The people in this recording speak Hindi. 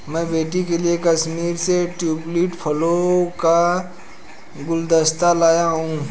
मैं बेटी के लिए कश्मीर से ट्यूलिप फूलों का गुलदस्ता लाया हुं